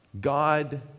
God